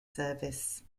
service